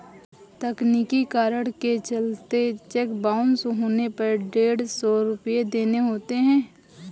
तकनीकी कारण के चलते चेक बाउंस होने पर डेढ़ सौ रुपये देने होते हैं